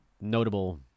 notable